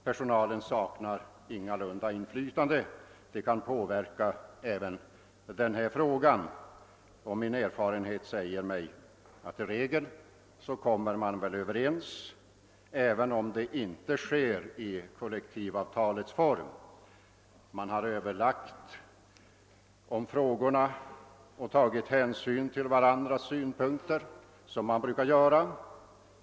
Personalen saknar ingalunda inflytande utan kan påverka också dessa frågor, och min erfarenhet säger mig att i regel kommer man överens, även om det inte sker i kollektivavtalets form. Man har överlagt i frågorna och tagit hänsyn till varandras synpunkter, som man brukar göra.